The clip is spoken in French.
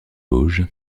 vosges